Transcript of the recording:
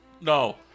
No